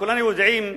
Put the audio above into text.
כולנו יודעים,